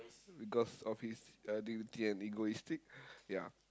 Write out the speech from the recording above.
because of his uh dignity and egoistic ya